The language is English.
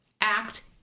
act